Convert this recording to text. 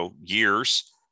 years